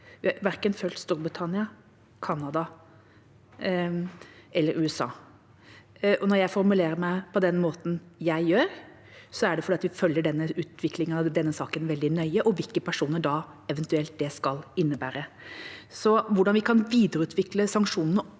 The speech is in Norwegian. Vi har verken fulgt Storbritannia, Canada eller USA. Når jeg formulerer meg på den måten jeg gjør, er det fordi vi følger denne utviklingen og denne saken veldig nøye, og hvilke personer det eventuelt skal innebære. Hvordan vi kan videreutvikle sanksjonene